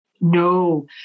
No